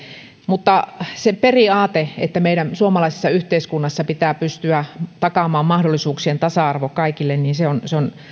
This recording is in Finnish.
mutta se periaate että meidän suomalaisessa yhteiskunnassa pitää pystyä takaamaan mahdollisuuksien tasa arvo kaikille on